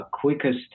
quickest